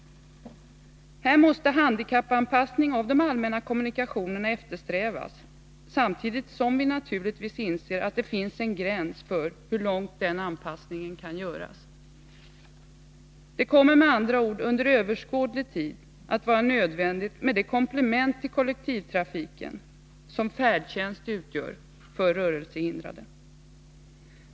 Här måste handikappanpassning av de allmänna kommunikationerna eftersträvas, samtidigt som vi givetvis inser att det finns en gräns för hur långt den anpassningen kan göras. Det kommer med andra ord under överskådlig tid att vara nödvändigt med det komplement till kollektivtrafiken som färdtjänst utgör för de rörelsehindrade.